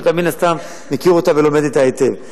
שאתה מן הסתם מכיר אותה ולומד אותה היטב.